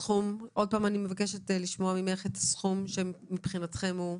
אני מבקשת לשמוע ממך את הסכום שמבחינתכם הוא סביר.